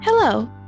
Hello